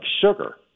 sugar